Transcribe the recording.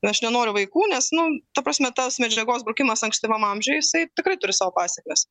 ir aš nenoriu vaikų nes nu ta prasme tas medžiagos brukimas ankstyvam amžiuj jisai tikrai turi savo pasekmes